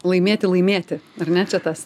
laimėti laimėti ar ne čia tas